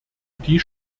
die